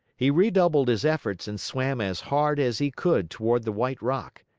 he redoubled his efforts and swam as hard as he could toward the white rock.